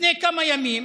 לפני כמה ימים